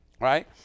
Right